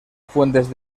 fuentes